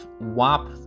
WAP